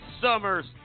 Summers